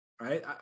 Right